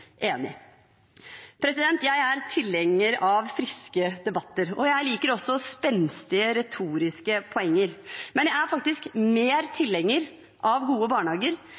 Jeg er tilhenger av friske debatter, og jeg liker også spenstige retoriske poenger, men jeg er faktisk sterkere tilhenger av gode barnehager,